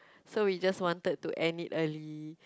so we just wanted to end it early